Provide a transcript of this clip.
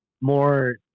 more